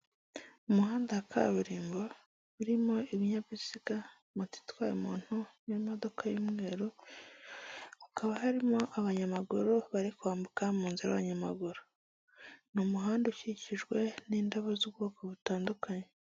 Umuhanda wa kaburimbo urimo ibinyabiziga, moto itwaye umuntu n'imodoka y'umweru. Hakaba harimo abanyamaguru bari kwambuka mu nzira y'abanyamaguru. Ni umuhanda ukikijwe n'indabo z'ubwoko butandukanye.